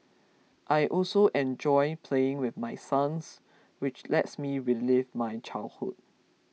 I also enjoy playing with my sons which lets me relive my childhood